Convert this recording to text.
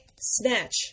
Snatch